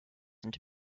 into